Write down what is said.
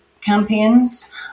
campaigns